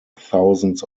thousands